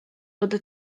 fod